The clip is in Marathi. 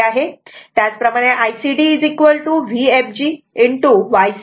त्याचप्रमाणे ICd Vfg Ycd 44